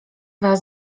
was